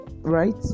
right